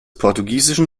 portugiesischen